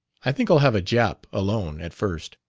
i think i'll have a jap alone, at first.